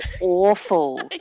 awful